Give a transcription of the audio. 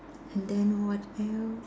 and then what else